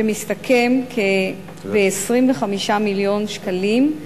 שמסתכם בכ-25 מיליון שקלים,